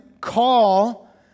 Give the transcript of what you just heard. call